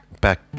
back